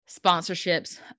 sponsorships